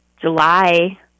july